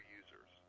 users